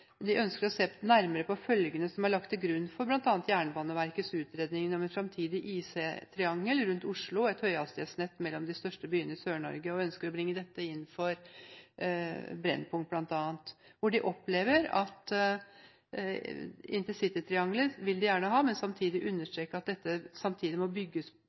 de ønsker å se nærmere på det som er lagt til grunn for bl.a. Jernbaneverkets utredning om et fremtidig IC-triangel rundt Oslo og et høyhastighetsnett mellom de største byene i Sør-Norge, og de ønsker å bringe dette inn for Brennpunkt, bl.a. De sier at de gjerne vil ha intercitytriangelet, men understreker at det samtidig må bygges